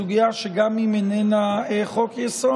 סוגיה שגם אם איננה חוק-יסוד,